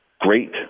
great